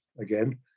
again